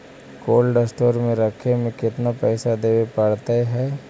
Cold store में रखे में केतना पैसा देवे पड़तै है?